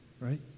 right